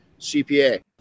CPA